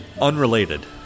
Unrelated